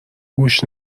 گوش